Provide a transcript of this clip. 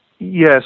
Yes